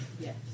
Yes